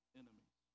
enemies